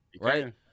Right